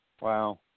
Wow